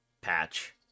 patch